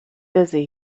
busy